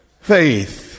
faith